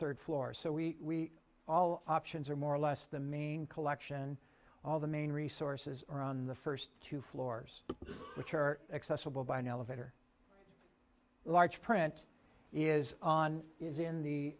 third floor so we all options are more or less the main collection all the main resources are on the first two floors which are accessible by an elevator large print is on is in the